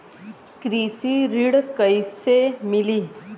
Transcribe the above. कृषि ऋण कैसे मिली?